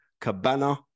Cabana